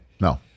No